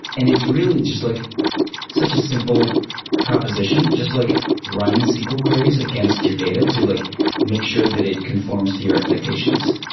and it's really just like such a simple proposition, just like run sql queries against your data to like make sure that it conforms to your expectations.